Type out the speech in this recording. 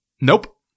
Nope